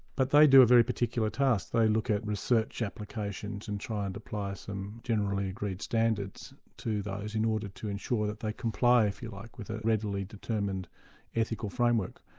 but they do a very particular task, they look at research applications and try and apply some generally agreed standards to those in order to ensure that they comply if you like with a readily determined ethical framework.